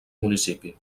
municipi